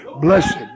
blessed